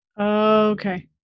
Okay